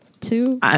Two